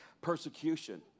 persecution